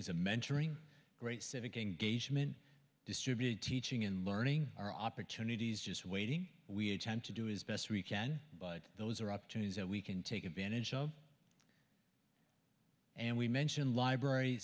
es a mentoring great civic engagement distributed teaching and learning are opportunities just waiting we tend to do is best we can but those are up to news that we can take advantage of and we mention library